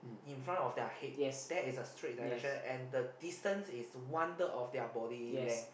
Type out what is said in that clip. in front of their head that is the straight direction and the distance is one third of their body length